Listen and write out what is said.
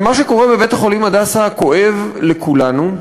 מה שקורה בבית-החולים "הדסה" כואב לכולנו,